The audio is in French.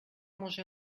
mangé